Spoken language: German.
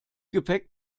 gepäck